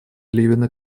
левина